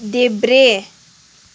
देब्रे